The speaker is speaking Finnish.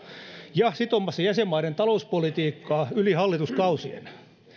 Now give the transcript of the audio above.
ja sitomassa jäsenmaiden talouspolitiikkaa yli hallituskausien